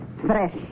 Fresh